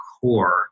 core